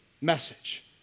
message